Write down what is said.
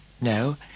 No